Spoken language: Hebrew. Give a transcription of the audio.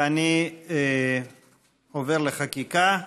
אני עובר לחקיקה.